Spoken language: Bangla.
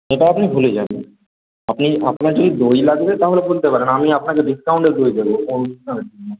এটা আপনি ভুলে যান আপনি আপনার যদি দই লাগবে তাহলে বলতে পারেন আমি আপনাকে ডিসকাউন্টে দই দেবো